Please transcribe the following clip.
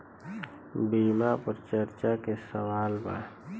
बीमा पर चर्चा के सवाल बा?